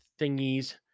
thingies